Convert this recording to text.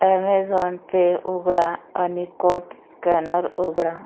Amazon pay उघडा आणि code scanner उघडा